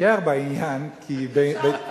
להתווכח בעניין, אפשר להתווכח.